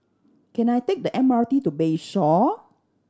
can I take the M R T to Bayshore